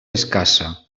escassa